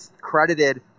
credited